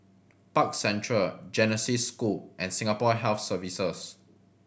Park Central Genesis School and Singapore Health Services